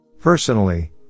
Personally